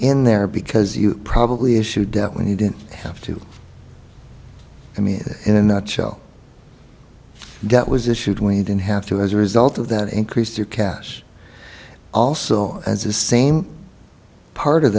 in there because you probably issued debt when he didn't have to i mean in a nutshell debt was issued we didn't have to as a result of that increase your cash also as the same part of